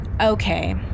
Okay